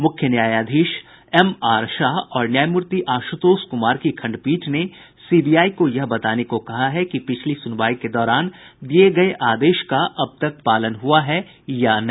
मुख्य न्यायाधीश M R Shah और न्यायमूर्ति आशुतोष कुमार की खंडपीठ ने सीबीआई को यह बताने को कहा है कि पिछली सुनवाई के दौरान दिये गये आदेश का अब तक पालन हुआ है या नहीं